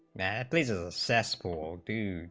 that plays a cesspool to